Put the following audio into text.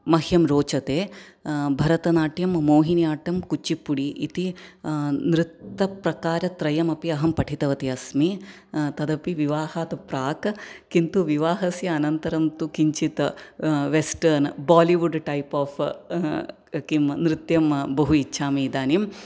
मह्यं रोचते भरतनाट्यं मोहिनी अट्टं कुचिपुडि इति नृत्तप्रकारत्रयम् अपि अहं पठितवती अस्मि तदपि विवाहात् प्राक् किन्तु विवाहस्य अनन्तरं तु किञ्चित् वेस्टर्ण् बालिवुड् टैप् आफ़् किं नृत्यं बहु इच्छामि इदानीं